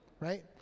right